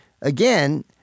again